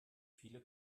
viele